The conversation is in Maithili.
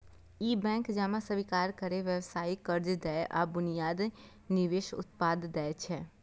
ई बैंक जमा स्वीकार करै, व्यावसायिक कर्ज दै आ बुनियादी निवेश उत्पाद दै छै